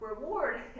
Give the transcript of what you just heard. Reward